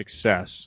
success